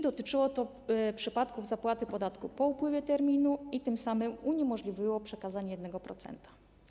Dotyczyło to przypadków zapłaty podatku po upływie terminu, co tym samym uniemożliwiło przekazanie 1%.